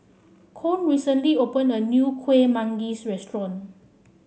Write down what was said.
Koen recently opened a new Kueh Manggis restaurant